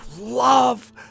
love